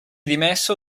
dimesso